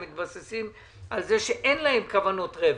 הם מתבססים על כך שאין להם כוונות רווח.